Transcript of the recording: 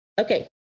okay